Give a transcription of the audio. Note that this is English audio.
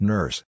Nurse